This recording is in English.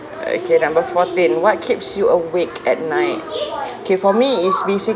okay number fourteen what keeps you awake at night K for me is basically